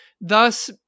thus